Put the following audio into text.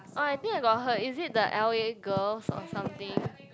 oh I think I got heard is it the L_A Girls or something